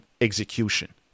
execution